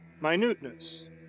MINUTENESS